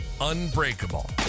unbreakable